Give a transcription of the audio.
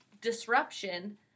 disruption